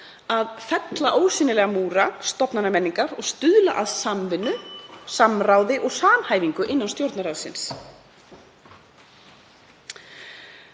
að fella ósýnilega múra stofnanamenningar og stuðla að samvinnu, samráði og samhæfingu innan Stjórnarráðsins.“